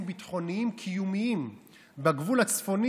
ביטחוניים קיומיים בגבול הצפוני,